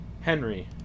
Henry